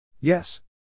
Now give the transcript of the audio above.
Yes